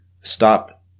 stop